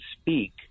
speak